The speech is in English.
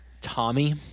Tommy